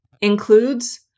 includes